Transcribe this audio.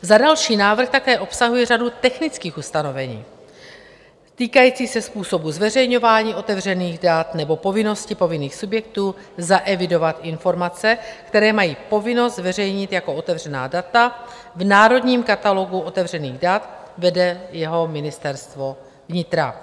Za další, návrh také obsahuje řadu technických ustanovení týkajících se způsobu zveřejňování otevřených dat nebo povinnosti povinných subjektů zaevidovat informace, které mají povinnost zveřejnit jako otevřená data v Národním katalogu otevřených dat, které vede Ministerstvo vnitra.